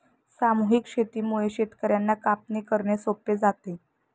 सामूहिक शेतीमुळे शेतकर्यांना कापणी करणे सोपे जाते